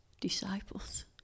disciples